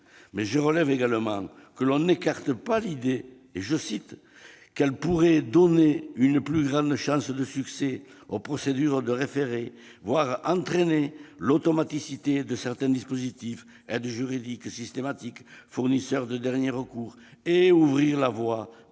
mais je relève également que l'on n'écarte pas l'idée- je cite Mme le rapporteur -qu'elle pourrait donner une plus grande chance de succès aux procédures de référé, voire entraîner l'automaticité de certains dispositifs- aide juridique systématique, fournisseur de dernier recours ... -et ouvrir la voie à